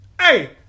Hey